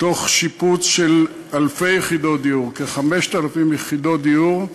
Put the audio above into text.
שיפוץ של אלפי יחידות דיור, כ-5,000 יחידות דיור,